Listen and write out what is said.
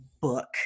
book